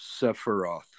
Sephiroth